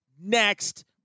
next